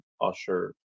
Usher